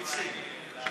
קצר.